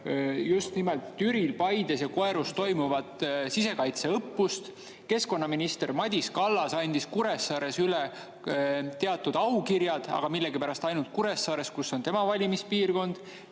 just nimelt Türil, Paides ja Koerus toimuvat sisekaitseõppust. Keskkonnaminister Madis Kallas andis Kuressaares üle teatud aukirjad, aga millegipärast ainult Kuressaares, kus on tema valimispiirkond.